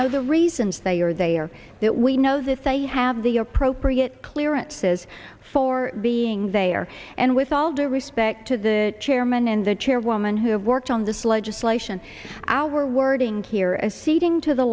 know the reasons they are they are that we know as if they have the appropriate clearances for being there and with all due respect to the chairman and the chairwoman who have worked on this legislation our wording here as ceding to the